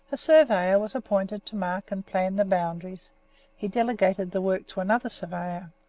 a surveyor was appointed to mark and plan the boundaries he delegated the work to another surveyor.